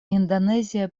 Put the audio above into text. индонезия